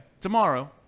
tomorrow